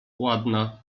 ładna